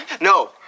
No